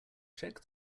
check